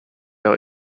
are